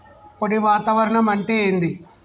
పొడి వాతావరణం అంటే ఏంది?